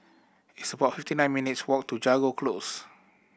it's about fifty nine minutes' walk to Jago Close